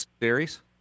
series